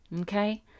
Okay